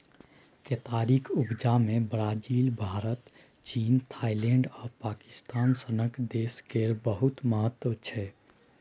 केतारीक उपजा मे ब्राजील, भारत, चीन, थाइलैंड आ पाकिस्तान सनक देश केर बहुत महत्व छै